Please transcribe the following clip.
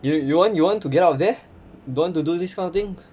you you want you want to get out there don't want to do this kind of things